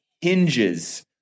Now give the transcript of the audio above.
hinges